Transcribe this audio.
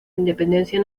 independencia